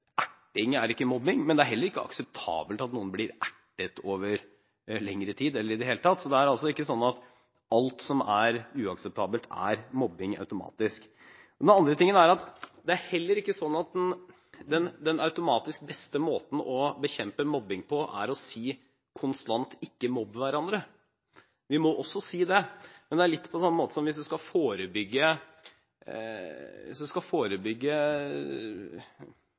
er ikke mobbing, men det er heller ikke akseptabelt at noen blir ertet over lengre tid, eller i det hele tatt. Det er altså ikke sånn at alt som er uakseptabelt, automatisk er mobbing. Den andre tingen er at det er heller ikke sånn at den automatisk beste måten å bekjempe mobbing på, er konstant å si: Ikke mobb hverandre. Vi må også si det, men det er litt på samme måten som at hvis man skal forebygge – hva skal